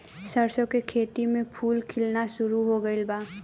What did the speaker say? सरसों के खेत में फूल खिलना शुरू हो गइल बा